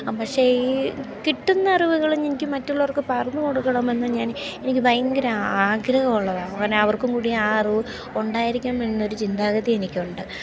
പക്ഷേ ഈ കിട്ടുന്ന അറിവുകളും എനിക്ക് മറ്റുള്ളവർക്ക് പറഞ്ഞു കൊടുക്കണമെന്ന് ഞാൻ എനിക്ക് ഭയങ്കര ആഗ്രഹമുള്ളതാണ് അങ്ങനെ അവർക്ക് കൂടി ആ അറിവ് ഉണ്ടായിരിക്കണമെന്ന ഒരു ചിന്താഗതി എനിക്ക് ഉണ്ട്